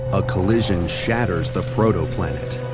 a collision shatters the protoplanet.